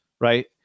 Right